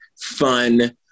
fun